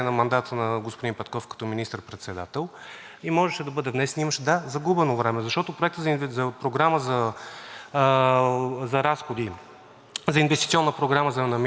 Проектът за инвестиционна програма на Министерството на отбраната до 2032 г. отлежаваше осем месеца по време на правителството на Промяната. Надявам се